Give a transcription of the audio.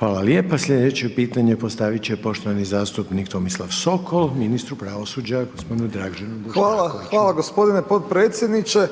Željko (HDZ)** Sljedeće pitanje, postaviti će poštovani zastupnik Tomislav Sokol, ministru pravosuđa g. Draženu Bošnjakoviću. **Sokol, Tomislav (HDZ)** Hvala g. potpredsjedniče.